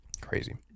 Crazy